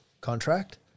contract